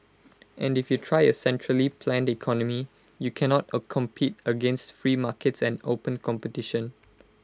and if you try A centrally planned economy you cannot A compete against free markets and open competition